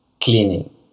cleaning